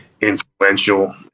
influential